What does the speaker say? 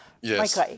yes